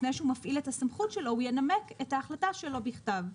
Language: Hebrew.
לפני שהוא יפעיל את הסמכות שלו הוא ינמק את ההחלטה שלו בכתב.